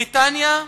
בריטניה,